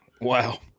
Wow